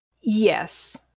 Yes